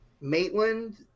Maitland